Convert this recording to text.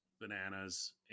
bananas